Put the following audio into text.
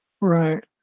Right